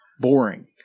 Boring